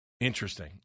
Interesting